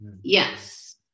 Yes